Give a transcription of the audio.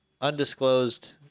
undisclosed